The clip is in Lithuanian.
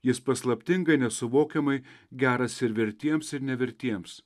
jis paslaptingai nesuvokiamai geras ir vertiems ir nevertiems